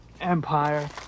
Empire